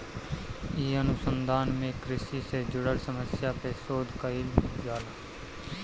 इ अनुसंधान में कृषि से जुड़ल समस्या पे शोध कईल जाला